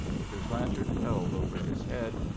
with his lantern held over his head,